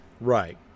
Right